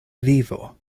vivo